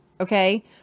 okay